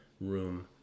room